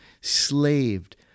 slaved